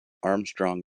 armstrong